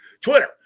Twitter